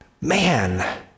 man